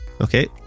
Okay